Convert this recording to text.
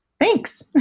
Thanks